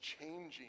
changing